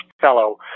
fellow